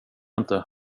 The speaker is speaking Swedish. inte